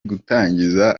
gutangiza